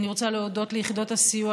אני רוצה להודות ליחידות הסיוע,